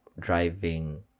driving